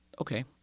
Okay